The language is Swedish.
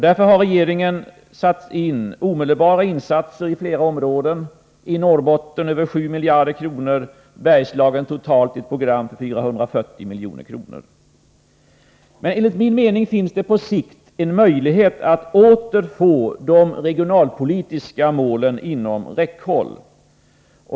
Därför har regeringen satt in omedelbara insatser i flera områden — i Norrbotten över 7 miljarder kronor, i Bergslagen totalt ett program för 440 milj.kr. Enligt min mening finns det på sikt en möjlighet att åter få de regionalpolitiska målen inom räckhåll.